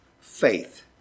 faith